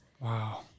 Wow